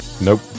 nope